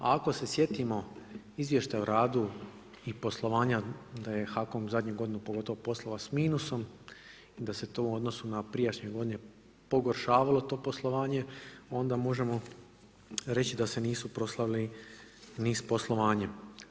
Ako se sjetimo izvještaja o radu i poslovanja da je HAKOM zadnju godinu pogotovo poslovao s minusom i da se to u odnosu na prijašnje godine pogoršavalo to poslovanje, onda možemo reći da se nisu proslavili ni s poslovanjem.